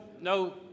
no